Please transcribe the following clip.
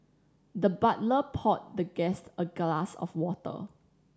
the butler poured the guest a glass of water